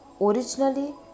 originally